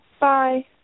Bye